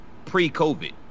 pre-covid